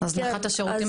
הזנחת השירותים